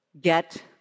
get